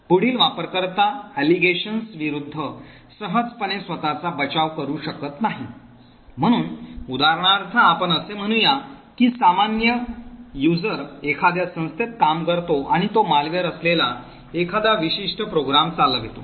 पुढील वापरकर्ता आरोपांविरूद्ध सहजपणे स्वत चा बचाव करू शकत नाही म्हणून उदाहरणार्थ आपण असे म्हणूया की सामान्य वापरकर्ता एखाद्या संस्थेत काम करतो आणि तो मालवेअर असलेला एखादा विशिष्ट प्रोग्राम चालवतो